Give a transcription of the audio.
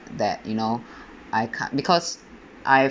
that you know I can't because I've